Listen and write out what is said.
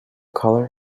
colour